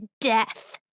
death